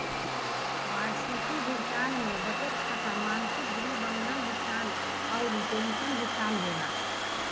वार्षिकी भुगतान में बचत खाता, मासिक गृह बंधक भुगतान अउरी पेंशन भुगतान होला